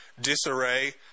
disarray